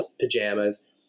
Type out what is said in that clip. pajamas